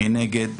מי נגד?